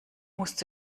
musst